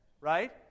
Right